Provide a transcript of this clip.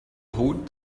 hold